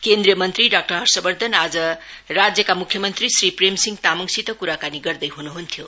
केन्द्रीय मंत्री डाक्टर हर्षवधन आज विहान राज्यका मुख्य मंत्री श्री प्रेमसिंह तामाङसित कुराकानी गर्दै हुनुहुन्थ्यो